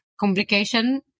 complication